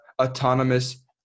autonomous